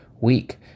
week